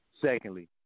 Secondly